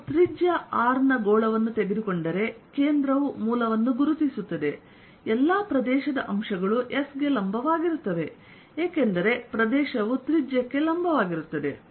ನಾನು ತ್ರಿಜ್ಯ R ನ ಗೋಳವನ್ನು ತೆಗೆದುಕೊಂಡರೆ ಕೇಂದ್ರವು ಮೂಲವನ್ನು ಗುರುತಿಸುತ್ತದೆ ಎಲ್ಲಾ ಪ್ರದೇಶದ ಅಂಶಗಳು S ಗೆ ಲಂಬವಾಗಿರುತ್ತವೆ ಏಕೆಂದರೆ ಪ್ರದೇಶವು ತ್ರಿಜ್ಯಕ್ಕೆ ಲಂಬವಾಗಿರುತ್ತದೆ